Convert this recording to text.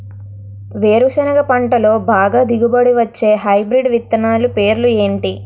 వేరుసెనగ పంటలో బాగా దిగుబడి వచ్చే హైబ్రిడ్ విత్తనాలు పేర్లు ఏంటి?